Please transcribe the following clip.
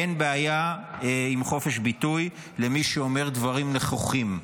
אין בעיה עם חופש ביטוי למי שאומר דברים נכוחים.